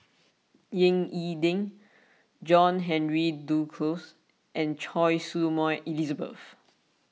Ying E Ding John Henry Duclos and Choy Su Moi Elizabeth